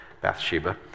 Bathsheba